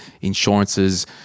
insurances